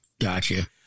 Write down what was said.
gotcha